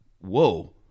whoa